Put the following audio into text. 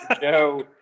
Joe